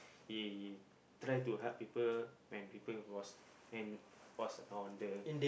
he try to help people when people was and was on the